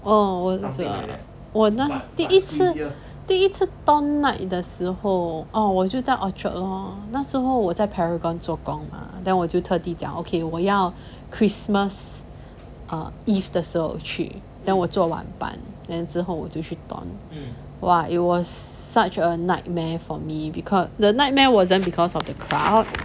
err 我我那第一次第一次 ton night 的时候哦我就在 orchard lor 那时候我在 paragon 做工嘛 the 我就特地讲我要 christmas err eve 的时候去 then 我做晚班 then 之后我就去 ton !wah! it was such a nightmare for me because the nightmare wasn't because of the crowd